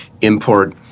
import